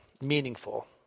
meaningful